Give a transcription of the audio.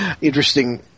interesting